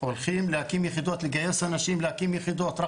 הולכים להקים יחידות, לגייס אנשים להקים יחידות.